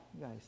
guys